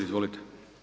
Izvolite.